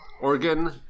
organ